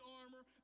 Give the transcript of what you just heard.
armor